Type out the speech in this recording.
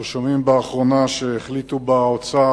אנחנו שומעים באחרונה שבאוצר